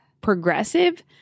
progressive